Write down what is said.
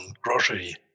grocery